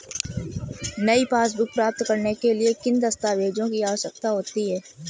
नई पासबुक प्राप्त करने के लिए किन दस्तावेज़ों की आवश्यकता होती है?